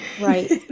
right